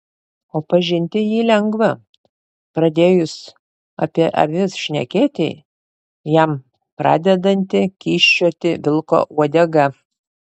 o pažinti jį lengva pradėjus apie avis šnekėti jam pradedanti kyščioti vilko uodega